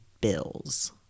bills